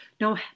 No